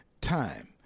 time